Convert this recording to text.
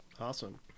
awesome